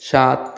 সাত